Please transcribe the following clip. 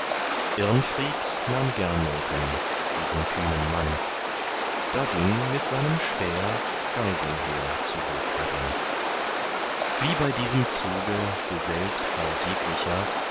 irnfried nahm gernoten diesen kühnen mann da ging mit seinem schwäher geiselher zu hof heran wie bei diesem zuge gesellt war jeglicher